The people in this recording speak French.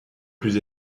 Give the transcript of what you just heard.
plus